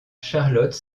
charlotte